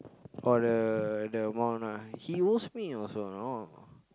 oh the the amount ah he owes me also know